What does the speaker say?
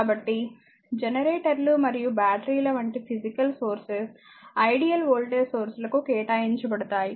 కాబట్టి జనరేటర్లు మరియు బ్యాటరీల వంటి physical sources ideal voltage source లకు కేటాయించబడతాయి